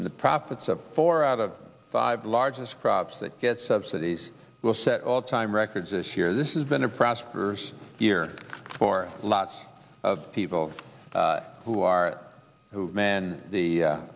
in the profits of four out of five largest crops that get subsidies will set all time records this year this is been a prospers year for lots of people who are who man the a